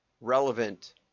relevant